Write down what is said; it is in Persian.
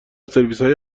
سرویسهای